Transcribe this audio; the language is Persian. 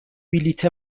بلیط